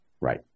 right